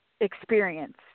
experience